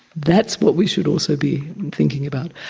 that's what we should also be thinking about.